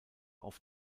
auf